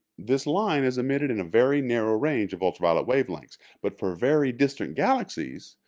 this line is emitted in a very narrow range of ultraviolet wavelengths, but for very distant galaxies,